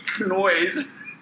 noise